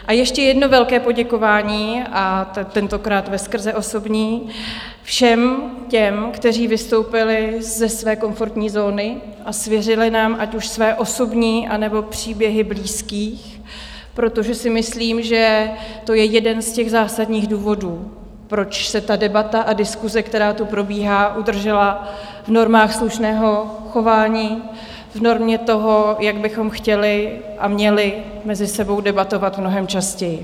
A ještě jedno velké poděkování, a tentokrát veskrze osobní, všem těm, kteří vystoupili ze své komfortní zóny a svěřili nám ať už své osobní, anebo příběhy blízkých, protože si myslím, že to je jeden z těch zásadních důvodů, proč se debata a diskuse, která tu probíhá, udržela v normách slušného chování, v normě toho, jak bychom chtěli a měli mezi sebou debatovat mnohem častěji.